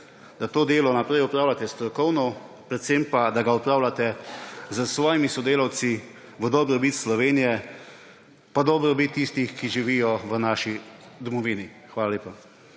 da to delo naprej opravljate strokovno, predvsem pa, da ga opravljate s svojimi sodelavci v dobrobit Slovenije pa v dobrobit tistih, ki živijo v naši domovini. Hvala lepa.